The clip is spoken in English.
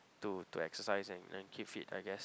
to to exercise and then keep fit I guess